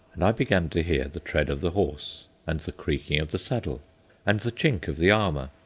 and i began to hear the tread of the horse and the creaking of the saddle and the chink of the armour,